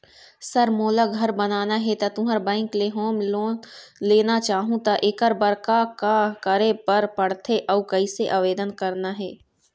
Sir मोला घर बनाना हे ता तुंहर बैंक ले होम लोन लेना चाहूँ ता एकर बर का का करे बर पड़थे अउ कइसे आवेदन करना हे?